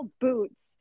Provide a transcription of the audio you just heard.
boots